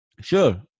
sure